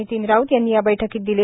नितीन राऊत यांनी या बैठकीत दिले